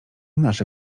nasze